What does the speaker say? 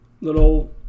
little